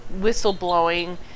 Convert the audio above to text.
whistleblowing